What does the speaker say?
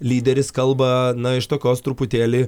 lyderis kalba na iš tokios truputėlį